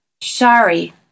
sorry